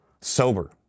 sober